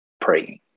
praying